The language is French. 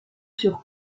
sur